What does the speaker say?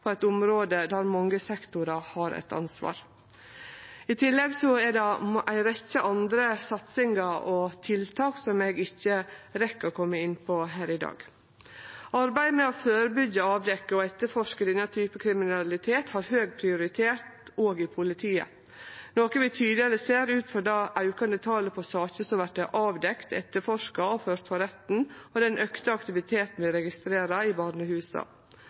på eit område der mange sektorar har eit ansvar. I tillegg er det ei rekkje andre satsingar og tiltak som eg ikkje rekk å kome inn på her i dag. Arbeidet med å førebyggje, avdekkje og etterforske denne typen kriminalitet har høg prioritet òg i politiet, noko vi tydeleg ser ut frå det aukande talet på saker som vert avdekte, etterforska og førte for retten, og den auka aktiviteten vi registrerer i barnehusa.